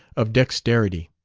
of dexterity.